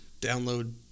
download